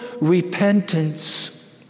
repentance